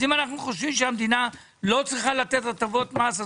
אז אם אנחנו חושבים שהמדינה לא צריכה לתת הטבות מס,